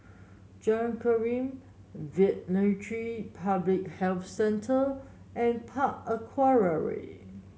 Jalan Derum Veterinary Public Health Centre and Park Aquaria